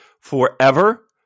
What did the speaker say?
forever